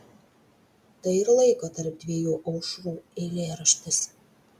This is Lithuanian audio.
tai ir laiko tarp dviejų aušrų eilėraštis